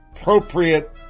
appropriate